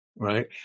Right